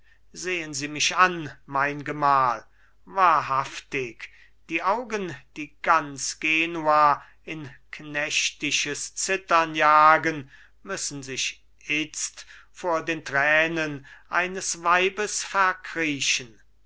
sehen sie mich an mein gemahl wahrhaftig die augen die ganz genua in knechtisches zittern jagen müssen sich itzt vor den tränen eines weibes